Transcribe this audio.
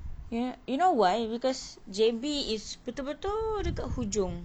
yo~ you know why because J_B is betul betul dekat hujung